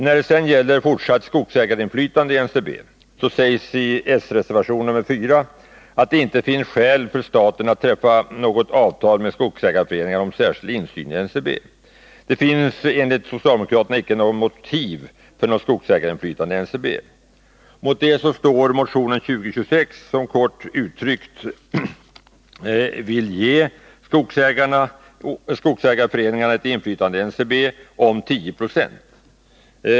När det gäller fortsatt skogsägarinflytande i NCB sägs i den socialdemokratiska reservationen nr 4 att det inte finns skäl för staten att träffa något avtal med skogsägarföreningarna om särskild insyn i NCB. Det finns enligt socialdemokraterna inte något motiv för skogsägarinflytande i NCB. Mot detta står vad som framhålls i motionen 2026, som kort uttryckt vill ge skogsägarföreningarna ett inflytande i NCB om 10 96.